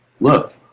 Look